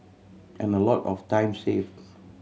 and a lot of time saved